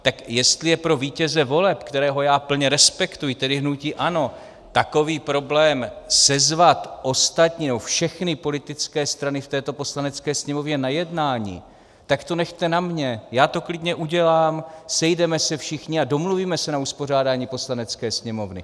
Tak jestli je pro vítěze voleb, kterého já plně respektuji, tedy hnutí ANO, takový problém sezvat ostatní, nebo všechny politické strany v této Poslanecké sněmovně na jednání, tak to nechte na mně, já to klidně udělám, sejdeme se všichni a domluvíme se na uspořádání Poslanecké sněmovny.